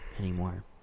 anymore